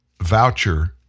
voucher